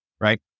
Right